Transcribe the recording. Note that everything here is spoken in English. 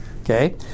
okay